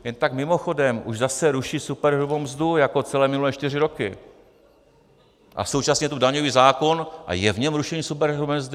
Jen tak mimochodem, už zase ruší superhrubou mzdu jako celé minulé čtyři roky a současně je tu daňový zákon a je v něm rušení superhrubé mzdy?